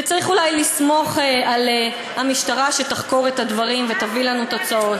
וצריך אולי לסמוך על המשטרה שתחקור את הדברים ותביא לנו תוצאות.